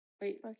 Wait